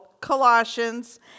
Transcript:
Colossians